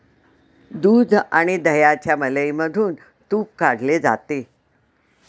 दूध आणि दह्याच्या मलईमधून तुप काढले जाते